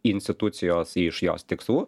institucijos iš jos tikslų